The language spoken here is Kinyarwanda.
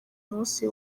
munsi